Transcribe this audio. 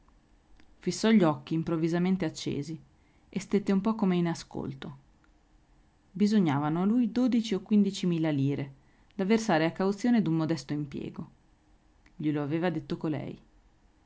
fissò gli occhi improvvisamente accesi e stette un po come in ascolto bisognavano a lui dodici o quindici mila lire da versare a cauzione d'un modesto impiego glielo aveva detto colei